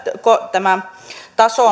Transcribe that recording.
tämä taso